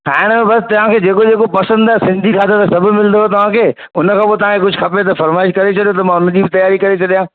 खाइण जो बसि तव्हांखे जेको जेको पसंदि आहे सिंधी खाधो त सभु मिलंदो तव्हां खे हुनखां पोइ तव्हांखे कुझु खपे त फरमाईंश करे छडियो त मां हुनजी बि तयारी करे छॾियां